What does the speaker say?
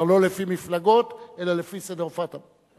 כבר לא לפי מפלגות, אלא לפי סדר הופעתם.